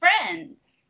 friends